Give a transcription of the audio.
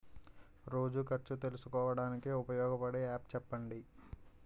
రోజు ఖర్చు తెలుసుకోవడానికి ఉపయోగపడే యాప్ చెప్పండీ?